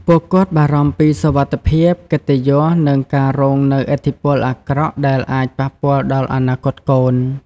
ពួកគាត់បារម្ភពីសុវត្ថិភាព កិត្តិយស និងការរងនូវឥទ្ធិពលអាក្រក់ដែលអាចប៉ះពាល់ដល់អនាគតកូន ។